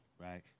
Right